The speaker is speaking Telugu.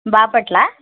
బాపట్ల